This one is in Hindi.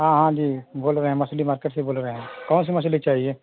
हाँ हाँ जी बोल रहे हैं मछली मार्केट से ही बोल रहे हैं कौन सी मछली चाहिए